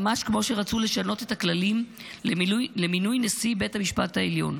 ממש כמו שרצו לשנות את הכללים למינוי נשיא בית המשפט העליון,